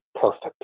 perfect